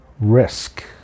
risk